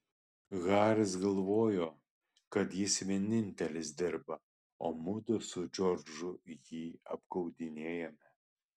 haris galvojo kad jis vienintelis dirba o mudu su džordžu jį apgaudinėjame